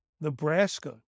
Nebraska